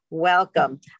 Welcome